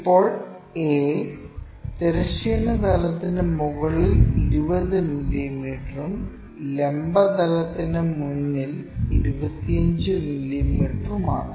ഇപ്പോൾ a തിരശ്ചീന തലത്തിനു മുകളിൽ 20 മില്ലീമീറ്ററും ലംബ തലത്തിന് മുന്നിൽ 25 മില്ലീമീറ്ററുമാണ്